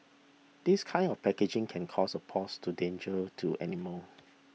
this kind of packaging can cause a pause to danger to animals